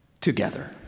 Together